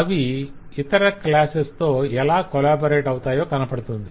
అవి ఇతర క్లాసెస్ తో ఎలా కొలాబరేట్ అవుతాయో కనపడుతుంది